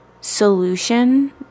solution